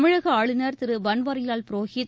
தமிழக ஆளுநர் திரு பன்வாரிவால் புரோஹித்